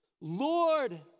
Lord